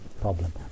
problem